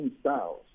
styles